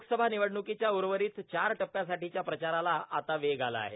लोकसभा निवडणुकीच्या उर्वरित चार टप्प्यांसाठीच्या प्रचाराला आता वेग आला आहे